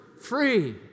free